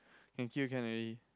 can kill can already